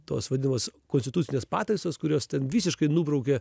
tos vadinamos konstitucinės pataisos kurios ten visiškai nubraukė